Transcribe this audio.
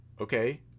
okay